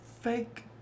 fake